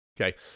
Okay